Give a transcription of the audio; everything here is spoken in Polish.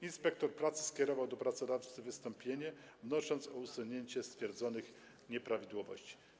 Inspektor pracy skierował do pracodawcy wystąpienie i wniósł o usunięcie stwierdzonych nieprawidłowości.